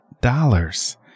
dollars